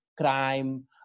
crime